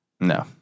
No